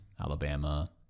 Alabama